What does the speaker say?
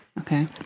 Okay